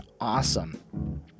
awesome